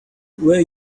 were